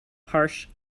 harsh